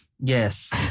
Yes